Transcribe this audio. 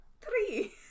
three